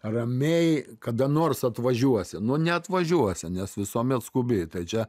ramiai kada nors atvažiuosi nu neatvažiuosi nes visuomet skubi tai čia